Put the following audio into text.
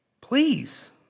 Please